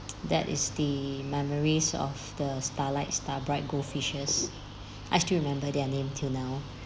that is the memories of the starlight starbright goldfishes I still remember their name till now